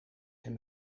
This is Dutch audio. hem